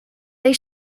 they